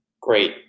Great